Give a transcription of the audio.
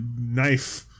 knife